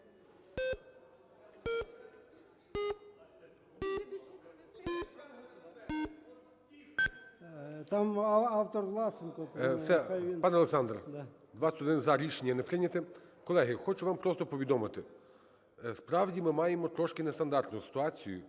хай він… ГОЛОВУЮЧИЙ. Все, пане Олександр. 21 "за", рішення не прийнято. Колеги, хочу вам просто повідомити. Справді ми маємо трошки нестандартну ситуацію,